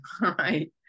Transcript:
right